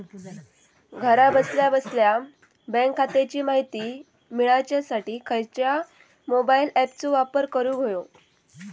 घरा बसल्या बसल्या बँक खात्याची माहिती मिळाच्यासाठी खायच्या मोबाईल ॲपाचो वापर करूक होयो?